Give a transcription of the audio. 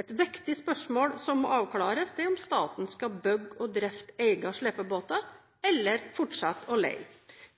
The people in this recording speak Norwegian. Et viktig spørsmål som må avklares, er om staten skal bygge og drifte egne slepebåter eller fortsette å leie.